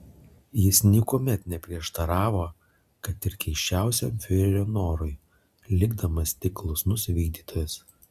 jis niekuomet neprieštaravo kad ir keisčiausiam fiurerio norui likdamas tik klusnus vykdytojas